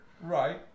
Right